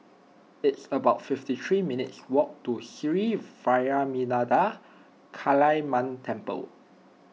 it's about fifty three minutes' walk to Sri Vairavimada Kaliamman Temple